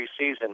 preseason